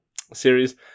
series